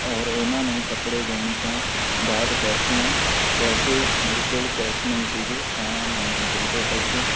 ਔਰ ਉਹਨਾਂ ਨੇ ਕੱਪੜੇ ਦੇਣ ਤੋਂ ਬਾਅਦ ਪੇੈਸਿਆਂ ਪੈਸੇ ਮੇਰੇ ਕੋਲ ਕੈਸ਼ ਨਹੀਂ ਸੀਗੇ ਤਾਂ ਮੈਂ ਗੂਗਲ ਪੇਅ ਕਰਤੇ